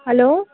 hello